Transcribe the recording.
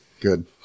good